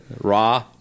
Raw